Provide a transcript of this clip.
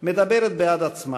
מדברת בעד עצמה.